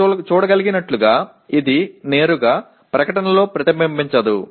మీరు చూడగలిగినట్లుగా ఇది నేరుగా ప్రకటనలో ప్రతిబింబించదు